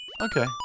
Okay